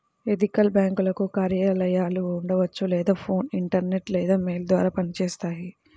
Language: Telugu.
ఎథికల్ బ్యేంకులకు కార్యాలయాలు ఉండవచ్చు లేదా ఫోన్, ఇంటర్నెట్ లేదా మెయిల్ ద్వారా పనిచేస్తాయి